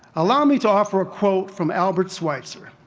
allow me to offer a quote from, albert schweitzer,